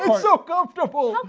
so comfortable.